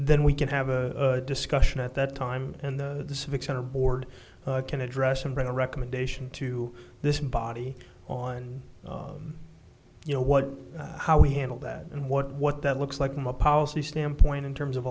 then we can have a discussion at that time and the civic center board can address and bring a recommendation to this body on you know what how we handle that and what what that looks like him a policy standpoint in terms of